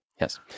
Yes